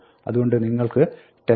അതുകൊണ്ട് നിങ്ങൾക്ക് test1